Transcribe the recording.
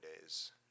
days